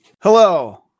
Hello